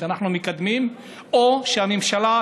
שאנחנו מקדמים, שהממשלה,